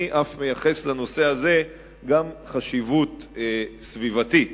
אני מייחס לנושא הזה גם חשיבות סביבתית.